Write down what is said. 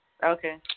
Okay